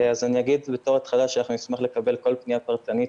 אני אגיד בתור התחלה שאנחנו נשמח לקבל כל פניה פרטנית,